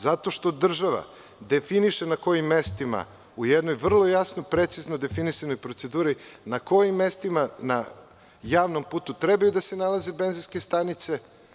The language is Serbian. Zato što država definiše na kojim mestima u jednoj vrlo jasno i precizno definisanoj proceduri na kojim mestima na javnom putu treba da se nalaze benzinske stanice.